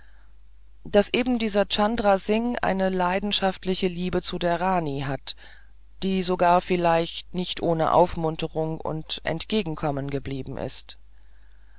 daß eben dieser chandra singh eine leidenschaftliche liebe zu der rani hat die sogar vielleicht nicht ohne aufmunterung und entgegenkommen geblieben ist